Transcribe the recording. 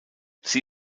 sie